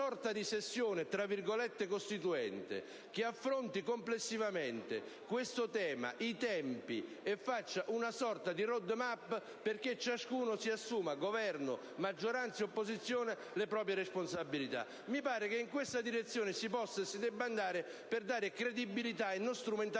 Mi sembra che in questa direzione si possa e si debba andare per dare credibilità e non strumentalità